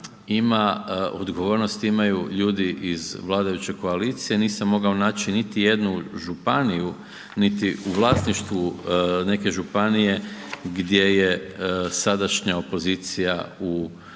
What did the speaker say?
ima odgovornost, imaju ljudi iz vladajuće koalicije, nisam mogao naći niti županiju niti u vlasništvu neke županije gdje je sadašnja opozicija na vlasti